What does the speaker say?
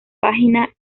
página